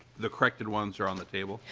the corrected ones are on the table?